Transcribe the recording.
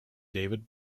david